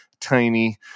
tiny